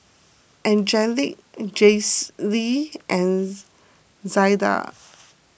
Angelic Jaclyn and Zada